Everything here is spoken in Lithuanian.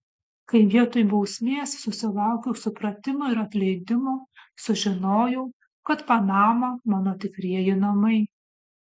kai vietoj bausmės susilaukiau supratimo ir atleidimo sužinojau kad panama mano tikrieji namai